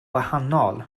wahanol